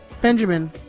Benjamin